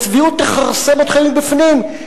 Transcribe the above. הצביעות תכרסם אתכם מבפנים.